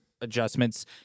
adjustments